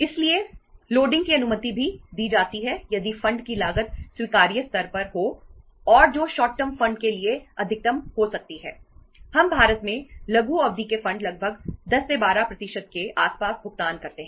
इसलिए लोडिंग लगभग 10 12 प्रतिशत के आसपास भुगतान करते हैं